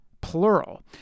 Plural